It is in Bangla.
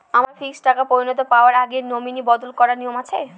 আমার ফিক্সড টাকা পরিনতি পাওয়ার আগে নমিনি বদল করার নিয়ম আছে?